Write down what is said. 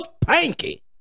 Panky